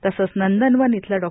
तसंच नंदनवन इथलं डॉ